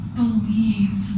believe